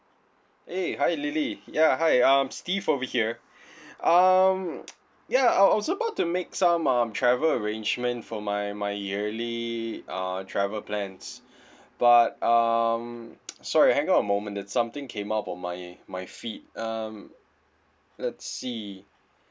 eh hi lily ya hi I'm steve over here um ya I I was about to make some um travel arrangement for my my yearly uh travel plans but um sorry hang on a moment there's something came up on my my feed um let's see